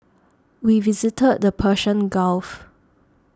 we visited the Persian Gulf